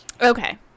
Okay